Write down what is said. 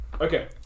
okay